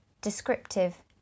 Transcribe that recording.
descriptive